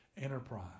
enterprise